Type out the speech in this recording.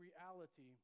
reality